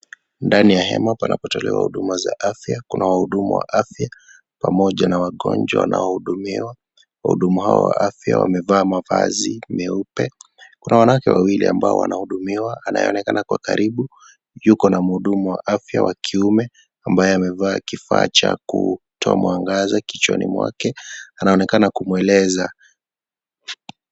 Ndani ya hema panapotolewa huduma za afya. Kuna wahudumu wa afya pamoja na wagonjwa wanaohudumiwa. Wahudumu hao wa afya wamevaa mavazi meupe. Kuna wanawake wawili ambao wanahudumiwa. Anayeonekana kwa karibu yuko na mhudumu wa afya wa kiume, ambaye amevaa kifaa cha kutoa mwangaza kichwani mwake. Anaonekana kumweleza.